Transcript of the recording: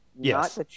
Yes